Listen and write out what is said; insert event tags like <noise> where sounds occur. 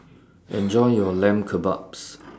<noise> Enjoy your Lamb Kebabs <noise>